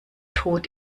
tod